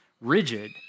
rigid